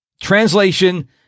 Translation